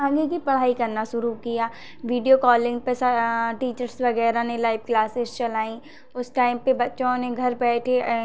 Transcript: आगे की पढ़ाई करना शुरू किया वीडियो कॉलिंग टीचर्स वगैरह ने लाइव क्लासेस चलाईं उस टाइम पे बच्चों ने घर बैठे